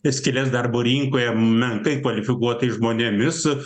skyles darbo rinkoje menkai kvalifikuotais žmonėmis